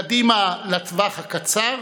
קדימה לטווח הקצר